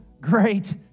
great